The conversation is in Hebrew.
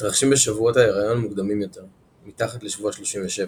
מתרחשים בשבועות הריון מוקדמים יותר מתחת לשבוע 37,